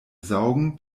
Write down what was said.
saugen